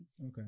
Okay